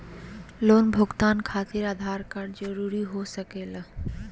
Loan भुगतान खातिर Aadhaar card जरूरी हो सके ला?